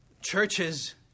churches